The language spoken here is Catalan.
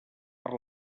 per